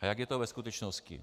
A jak je to ve skutečnosti?